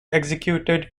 executed